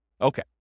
Okay